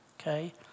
Okay